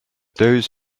those